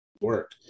work